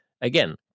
again